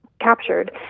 captured